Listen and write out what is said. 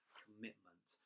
commitment